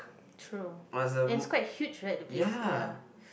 true and it's quite huge right the place ya